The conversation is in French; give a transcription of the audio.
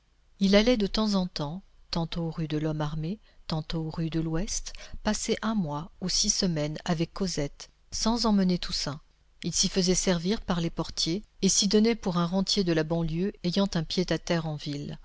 il allait de temps en temps tantôt rue de lhomme armé tantôt rue de l'ouest passer un mois ou six semaines avec cosette sans emmener toussaint il s'y faisait servir par les portiers et s'y donnait pour un rentier de la banlieue ayant un pied-à-terre en ville